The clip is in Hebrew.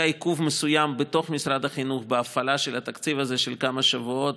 היה עיכוב מסוים בתוך משרד החינוך בהפעלה של התקציב הזה של כמה שבועות,